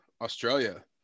australia